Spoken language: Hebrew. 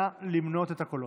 נא למנות את הקולות.